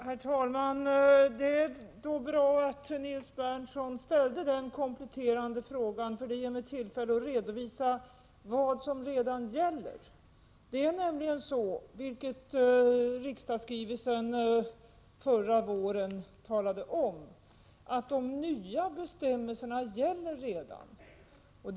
Herr talman! Det är bra att Nils Berndtson ställde dessa kompletterande frågor, för det ger mig tillfälle att redovisa vad som redan gäller. Det är nämligen så, vilket riksdagsskrivelsen förra våren talade om, att de nya bestämmelserna redan gäller.